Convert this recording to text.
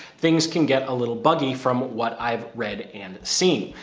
things can get a little buggy from what i've read and seen.